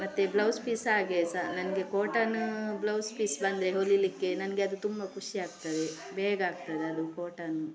ಮತ್ತೆ blouse piece ಹಾಗೇ ಸಹ ನನಗೆ ಕಾಟನ್ ಬ್ಲೌಸ್ ಪೀಸ್ ಬಂದರೆ ಹೊಲೀಲಿಕ್ಕೆ ನನಗೆ ಅದು ತುಂಬ ಖುಷಿಯಾಗ್ತದೆ ಬೇಗ ಆಗ್ತದೆ ಅದು ಕಾಟನ್